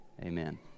amen